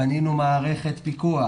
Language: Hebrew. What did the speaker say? בנינו מערכת פיקוח.